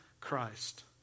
Christ